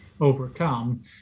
overcome